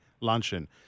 luncheon